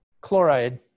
chloride